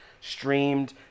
Streamed